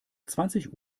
zwanzig